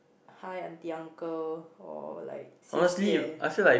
hi aunty uncle or like 谢谢